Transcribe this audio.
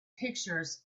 pictures